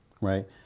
right